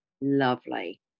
Lovely